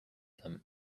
them